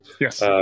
Yes